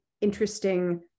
interesting